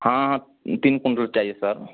हाँ हाँ तीन कुंटल चाहिए सर